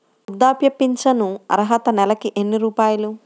వృద్ధాప్య ఫింఛను అర్హత నెలకి ఎన్ని రూపాయలు?